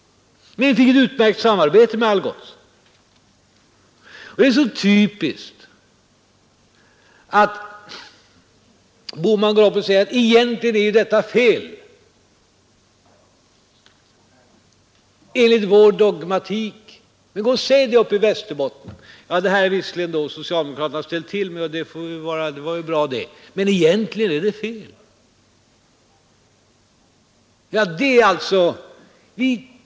Men vi fick ett utmärkt samarbete med Algots. Det är så typiskt att herr Bohman går upp och säger att egentligen är detta fel — enligt vår dogmatik. Men gå och säg uppe i Västerbotten: Det här är något som socialdemokraterna har ställt till med, och det var ju bra det, men egentligen är det fel.